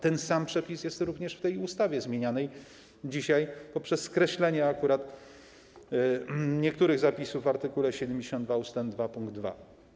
Ten sam przepis jest również w ustawie zmienianej dzisiaj poprzez skreślenie akurat niektórych zapisów w art. 72 ust. 2 pkt 2.